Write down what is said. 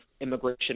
immigration